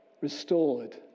restored